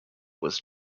was